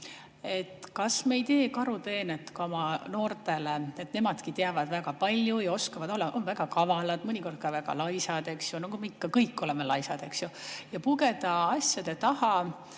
Kas me ei tee karuteenet ka oma noortele, et nemadki teavad väga palju ja oskavad, on väga kavalad, mõnikord ka väga laisad, nagu me kõik oleme laisad, eks ju? Ja